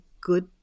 good